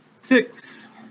six